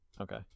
Okay